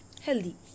healthy